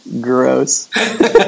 Gross